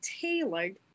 tailored